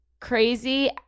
Crazy